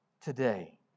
today